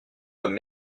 comme